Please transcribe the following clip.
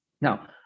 Now